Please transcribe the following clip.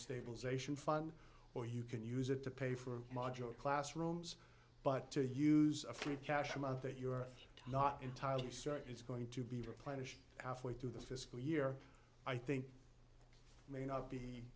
stabilization fund or you can use it to pay for modular classrooms but to use a free cash amount that you're not entirely certain is going to be replenished half way through the fiscal year i think may not be